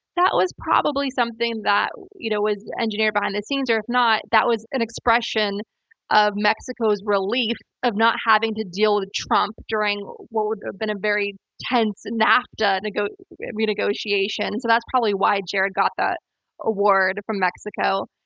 that was probably something that you know was engineered behind the scenes, or if not, that was an expression of mexico's relief of not having to deal with trump during what would have been a very tense nafta and renegotiation, so that's probably why jared got that award from mexico.